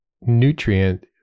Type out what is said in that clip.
nutrient